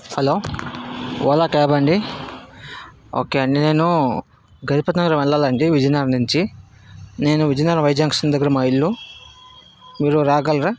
hello Ola క్యాబా అండి okay అండి నేను గరపతి నగరం వెళ్ళాలి అండి విజయనగరం నుంచి నేను విజయనగరం వై జంక్షన్ దగ్గర మా ఇల్లు మీరు రాగలరా